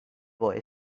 boy